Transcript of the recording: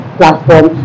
platform